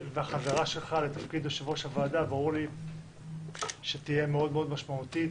והחזרה שלך לתפקיד יושב-ראש הוועדה ברור לי שתהיה מאוד מאוד משמעותית